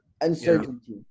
Uncertainty